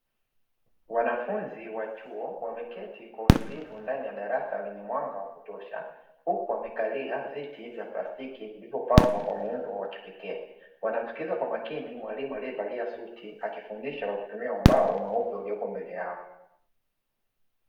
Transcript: Wanafanya wa chuo wameketi kwa utulivu ndani ya darasa lenye mwanga wa kutosha, huku wamekalia viti vya plastiki vilivyopangwa kwa muundo wa kipekee. Wanamsikiliza kwa makini mwalimu aliyevalia suti akifundisha kwa kutumia ubao mweupe uliopo mbele yao.